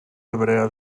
hebrea